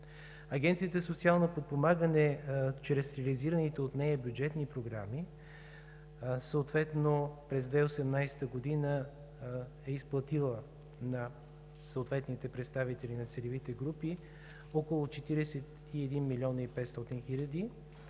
Агенцията „Социално подпомагане“ чрез реализираните от нея бюджетни програми през 2018 г. е изплатила на съответните представители на целевите групи около 41 млн. 500 хил.